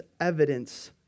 evidence